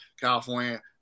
california